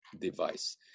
device